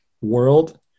world